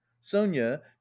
sonya